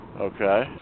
Okay